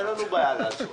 אין לנו בעיה לקבוע.